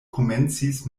komencis